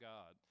God